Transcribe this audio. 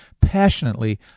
passionately